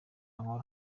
nkora